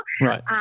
Right